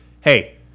hey